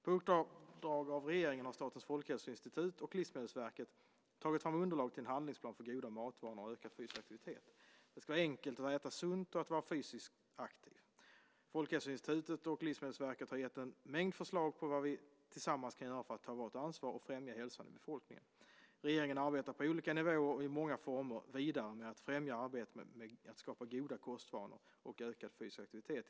På uppdrag av regeringen har Statens folkhälsoinstitut, FHI, och Livsmedelsverket tagit fram underlag till en handlingsplan för goda matvanor och ökad fysisk aktivitet. Det ska vara enkelt att äta sunt och att vara fysiskt aktiv. Folkhälsoinstitutet och Livsmedelsverket har gett en mängd förslag på vad vi tillsammans kan göra för att ta vårt ansvar att främja hälsan i befolkningen. Regeringen arbetar på olika nivåer och i många former vidare med att främja arbetet med att skapa goda kostvanor och ökad fysisk aktivitet.